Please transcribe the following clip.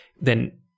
then-